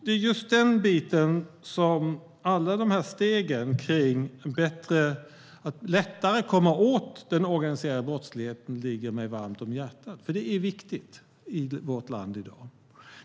Det är just den del som handlar om alla dessa steg att lättare komma åt den organiserade brottsligheten som ligger mig varmt om hjärtat. Det är viktigt i vårt land i dag.